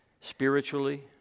spiritually